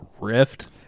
rift